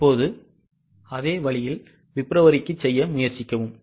இப்போது அதே வழியில் பிப்ரவரிக்கு செய்ய முயற்சிக்கவும்